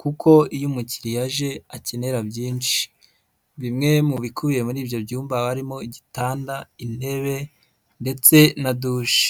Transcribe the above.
kuko iyo umukiriya aje akenera byinshi, bimwe mu bikubiye muri ibyo byumba haba harimo gitanda, intebe ndetse na dushe.